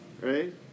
Right